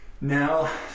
now